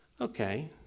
okay